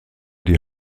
die